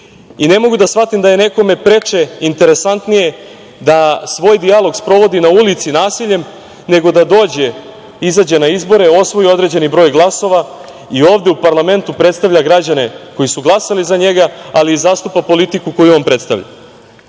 i ne mogu da shvatim da je nekome preče, interesantnije da svoj dijalog sprovodi na ulici nasiljem nego da dođe, izađe na izbore, osvoje određen broj glasova i ovde u parlamentu predstavlja građane koji su glasali za njega, ali i zastupa politiku koju on predstavlja. Žalosno